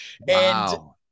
Wow